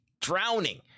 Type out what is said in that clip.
drowning